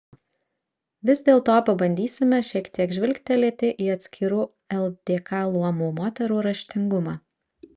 vis dėlto pabandysime šiek tiek žvilgtelėti į atskirų ldk luomų moterų raštingumą